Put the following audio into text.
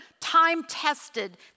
time-tested